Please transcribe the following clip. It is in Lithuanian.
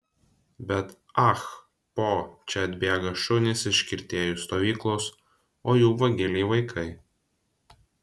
bet ah po čia atbėga šunys iš kirtėjų stovyklos o jų vagiliai vaikai